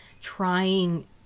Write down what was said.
trying